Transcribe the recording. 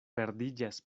perdiĝas